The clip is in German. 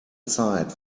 zeit